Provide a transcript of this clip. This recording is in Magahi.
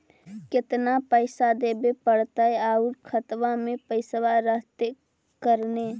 केतना पैसा देबे पड़तै आउ खातबा में पैसबा रहतै करने?